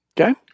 Okay